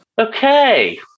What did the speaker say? Okay